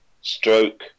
stroke